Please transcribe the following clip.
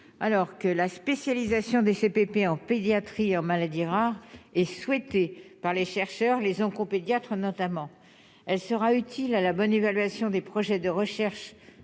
alors que la spécialisation des CPP en pédiatrie en maladies rares et souhaitée par les chercheurs, les encours pédiatres notamment, elle sera utile à la bonne évaluation des projets de recherche